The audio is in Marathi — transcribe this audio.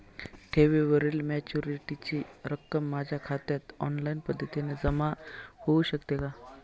ठेवीवरील मॅच्युरिटीची रक्कम माझ्या खात्यात ऑनलाईन पद्धतीने जमा होऊ शकते का?